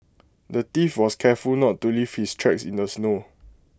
the thief was careful not to leave his tracks in the snow